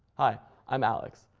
hi, i'm alex,